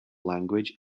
language